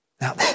Now